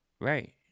Right